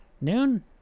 Noon